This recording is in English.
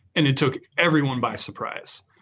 and it took everyone by surprise.